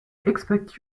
expect